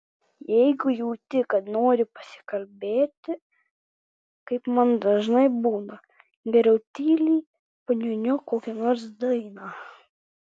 jeigu jauti kad nori pasikalbėti kaip man dažnai būna geriau tyliai paniūniuok kokią nors dainą